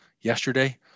yesterday